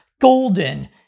golden